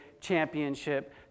championship